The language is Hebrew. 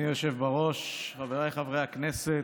אדוני היושב בראש, חבריי חברי הכנסת,